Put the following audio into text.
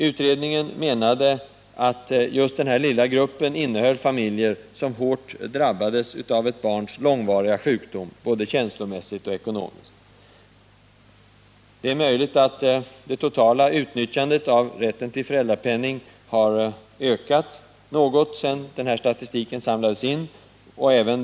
Utredningen menade att just den här lilla gruppen innehöll familjer som hårt drabbades av ett barns långvariga sjukdom både känslomässigt och ekonomiskt. Det är möjligt att det totala utnyttjandet av rätten till föräldrapenning har ökat något sedan den här statistiken samlades in.